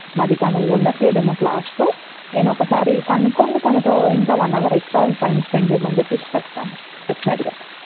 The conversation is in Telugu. మరి తను ఉండడంలేదేమో క్లాస్లో నేను ఒకసారి కనుక్కుని తనతో ఇంకా one hour extra time spend చెయ్యమని చెప్పేసి చెప్తాను డెఫ్నెట్గా